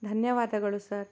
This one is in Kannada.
ಧನ್ಯವಾದಗಳು ಸರ್